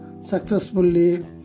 successfully